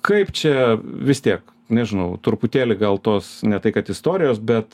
kaip čia vis tiek nežinau truputėlį gal tos ne tai kad istorijos bet